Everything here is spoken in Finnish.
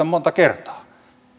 monta kertaa